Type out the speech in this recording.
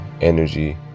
energy